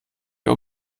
wir